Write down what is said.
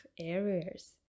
areas